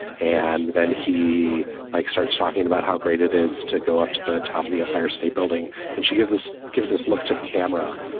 and then he like starts talking about how great it is to go up to the top of the empire state building and she gives this gives us look to the camera,